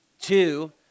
two